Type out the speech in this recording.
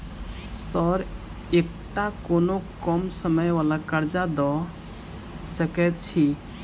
Sir एकटा कोनो कम समय वला कर्जा दऽ सकै छी?